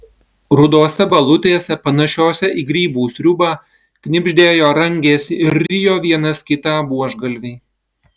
rudose balutėse panašiose į grybų sriubą knibždėjo rangėsi ir rijo vienas kitą buožgalviai